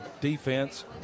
defense